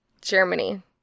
Germany